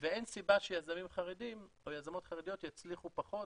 ואין סיבה שיזמים או יזמות חרדים יצליחו פחות